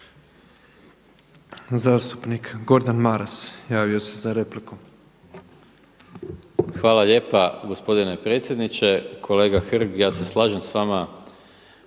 Zastupnik Gordan Maras javio se za repliku. **Maras, Gordan (SDP)** Hvala lijepa gospodine predsjedniče. Kolega Hrg ja se slažem s vama